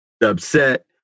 upset